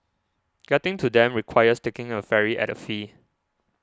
getting to them requires taking a ferry at a fee